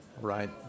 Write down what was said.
Right